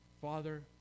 Father